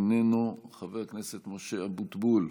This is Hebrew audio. איננו, חבר הכנסת משה אבוטבול,